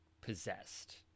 possessed